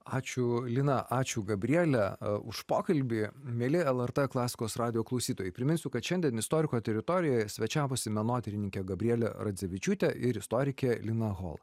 ačiū lina ačiū gabriele už pokalbį mieli lrt klasikos radijo klausytojai priminsiu kad šiandien istoriko teritorijoje svečiavosi menotyrininkė gabrielė radzevičiūtė ir istorikė lina hol